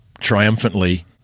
triumphantly